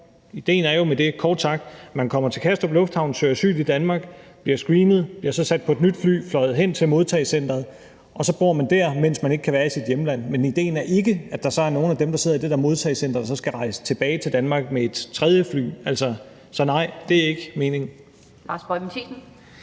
er jo kort sagt, at man kommer til Kastrup Lufthavn, søger asyl i Danmark, bliver screenet, bliver sat på et nyt fly og fløjet hen til modtagecenteret. Og så bor man dér, mens man ikke kan være i sit hjemland. Men idéen er ikke, at der er nogle af dem, der sidder i det her modtagecenter, der så skal rejse tilbage til Danmark med et tredje fly. Så nej, det er ikke meningen. Kl. 14:58 Den